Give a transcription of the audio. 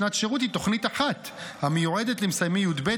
שנת שירות היא תוכנית אחת המיועדת למסיימי י"ב,